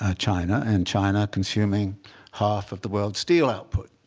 ah china and china consuming half of the world's steel output.